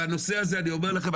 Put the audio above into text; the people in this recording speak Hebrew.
בנושא זה אני אומר לכם,